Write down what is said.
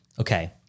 Okay